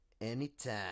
Anytime